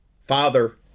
father